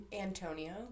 Antonio